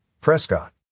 Prescott